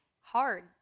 hard